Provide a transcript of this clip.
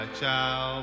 ciao